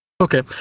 okay